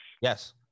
Yes